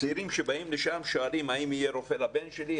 הצעירים שבאים לשם שואלים: האם יהיה רופא לבן שלי?